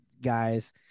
guys